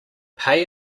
pay